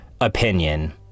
opinion